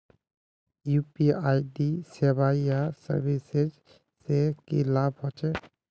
UPI सेवाएँ या services से की लाभ होचे?